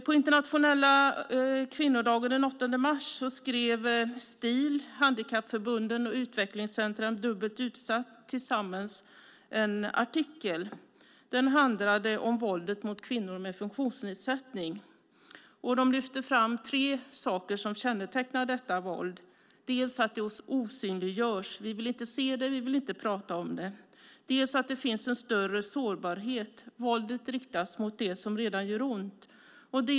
På internationella kvinnodagen den 8 mars skrev Stil, Handikappförbunden och Utvecklingscentrum Dubbelt Utsatt tillsammans en artikel som handlade om våldet mot kvinnor med funktionsnedsättning. De lyfte fram tre saker som kännetecknar detta våld. Det osynliggörs. Vi vill inte se det, vi vill inte prata om det. Det finns en större sårbarhet - våldet riktas mot det som redan gör ont.